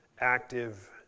active